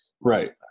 Right